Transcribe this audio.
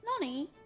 Lonnie